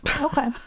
okay